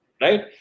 right